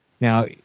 Now